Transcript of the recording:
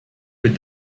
with